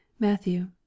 matthew